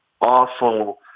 awful